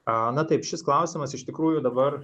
a na taip šis klausimas iš tikrųjų dabar